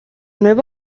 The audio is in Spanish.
nuevo